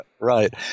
Right